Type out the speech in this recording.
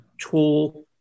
tool